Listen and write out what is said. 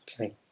Okay